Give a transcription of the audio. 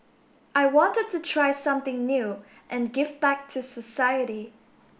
I wanted to try something new and give back to society